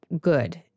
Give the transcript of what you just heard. good